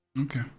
okay